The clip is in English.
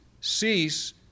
cease